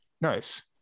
Nice